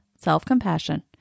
self-compassion